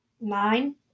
Nine